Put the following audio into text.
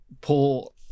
pull